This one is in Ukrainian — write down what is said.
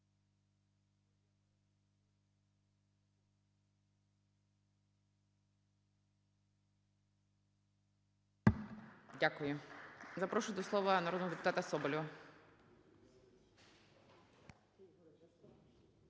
Дякую. Запрошую до слова народного депутата Антонищака.